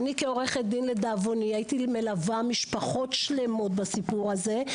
אני כעורכת דין הייתי מלווה משפחות שלמות לדאבוני בסיפור הזה,